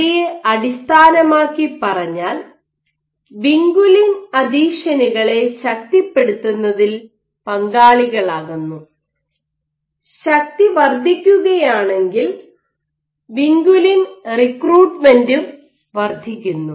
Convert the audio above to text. ഇവയെ അടിസ്ഥാനമാക്കി പറഞ്ഞാൽ വിൻകുലിൻ അഥീഷനുകളെ ശക്തിപ്പെടുത്തുന്നതിൽ പങ്കാളികളാകുന്നു ശക്തി വർദ്ധിക്കുകയാണെങ്കിൽ വിൻകുലിൻ റിക്രൂട്ട്മെന്റും വർദ്ധിക്കുന്നു